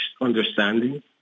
understanding